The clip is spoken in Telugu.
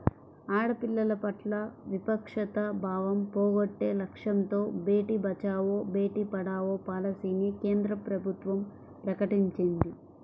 ఆడపిల్లల పట్ల వివక్షతా భావం పోగొట్టే లక్ష్యంతో బేటీ బచావో, బేటీ పడావో పాలసీని కేంద్ర ప్రభుత్వం ప్రకటించింది